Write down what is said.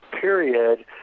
period